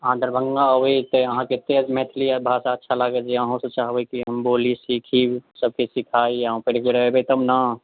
अहाँ दरभङ्गा अबै तऽ अहाँकेँ मैथिली भाषा अच्छा लागत जे अहूँ सब चाहबै कि हम बोली सीखी सबके सीखाइ अहाँ एक बेर अयबै तब ने